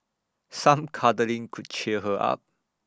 some cuddling could cheer her up